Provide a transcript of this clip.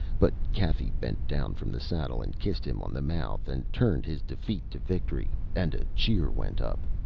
but cathy bent down from the saddle and kissed him on the mouth and turned his defeat to victory, and a cheer went up.